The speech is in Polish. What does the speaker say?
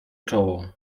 czoło